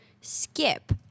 skip